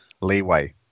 leeway